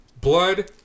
blood